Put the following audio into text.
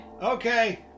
Okay